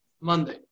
Monday